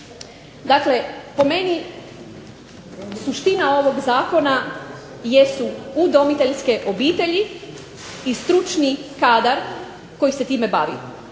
Dakle, po meni suština ovog zakona jesu udomiteljske obitelji i stručni kadar koji se time bavi.